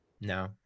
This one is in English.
No